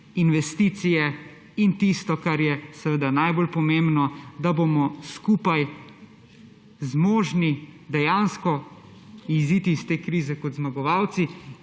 investicije in tisto, kar je seveda najbolj pomembno, da bomo skupaj zmožni dejansko iziti iz te krize kot zmagovalci